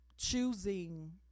Choosing